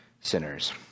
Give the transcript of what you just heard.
sinners